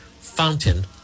Fountain